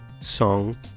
song